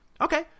okay